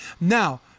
Now